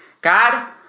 God